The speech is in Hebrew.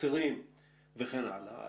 בחצרים וכן הלאה.